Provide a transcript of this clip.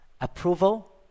approval